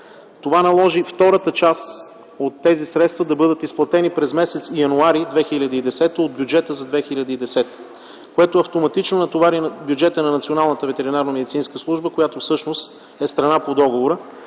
Това наложи втората част от тези средства да бъдат изплатени през м. януари 2010 г. от бюджета за 2010 г., което автоматично натовари бюджета на Националната ветеринарномедицинска служба, която всъщност е страна по договора.